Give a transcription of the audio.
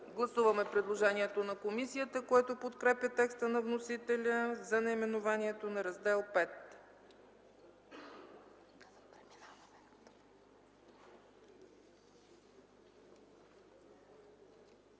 Гласуваме предложението на комисията в подкрепа текста на вносителя за наименованието на Глава